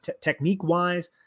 technique-wise